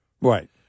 Right